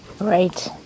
Right